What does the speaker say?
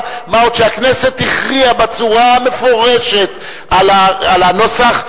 מה עוד שהכנסת הכריעה בצורה המפורשת על הנוסח,